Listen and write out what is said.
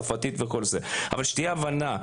צרפתית וכו' - אבל שתהיה הבנה.